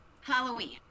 Halloween